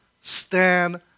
stand